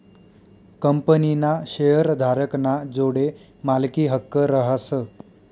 कंपनीना शेअरधारक ना जोडे मालकी हक्क रहास